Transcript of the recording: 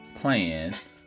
plans